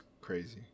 crazy